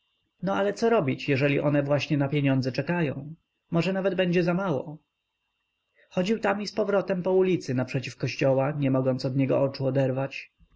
no ale co robić jeżeli one właśnie na pieniądze czekają może nawet będzie zamało chodził tam i napowrót po ulicy naprzeciw kościoła nie mogąc od niego oczu oderwać